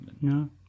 No